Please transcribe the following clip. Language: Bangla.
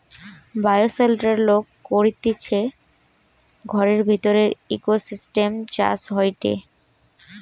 বায়োশেল্টার লোক করতিছে ঘরের ভিতরের ইকোসিস্টেম চাষ হয়টে